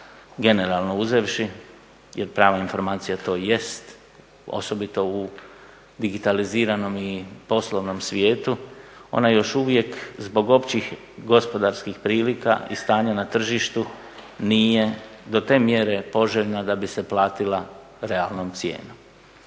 generalno uzevši, jer prava informacija to i jest osobito u digitaliziranom i poslovnom svijetu. Ona je još uvijek zbog općih gospodarskih prilika i stanja na tržištu nije do te mjere poželjna da bi se platila realnom cijenom.